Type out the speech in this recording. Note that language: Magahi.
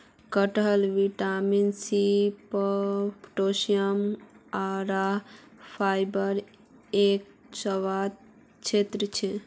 कटहल विटामिन सी, पोटेशियम, आहार फाइबरेर एक स्वस्थ स्रोत छे